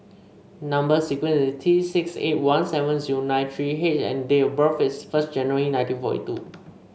number sequence is T six eight one seven zero nine three H and date of birth is first January nineteen forty two